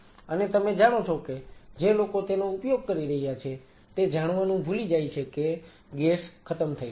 અને તમે જાણો છો કે જે લોકો તેનો ઉપયોગ કરી રહ્યા છે તે જાણવાનું ભૂલી જાય છે કે ગેસ ખતમ થઈ ગયો છે